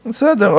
בסדר,